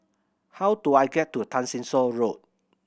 how do I get to Tessensohn Road